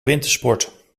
wintersport